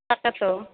তাকেতো